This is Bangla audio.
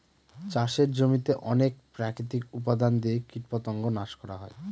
চাষের জমিতে অনেক প্রাকৃতিক উপাদান দিয়ে কীটপতঙ্গ নাশ করা হয়